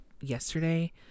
yesterday